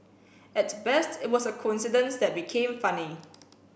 at best it was a coincidence that became funny